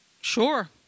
Sure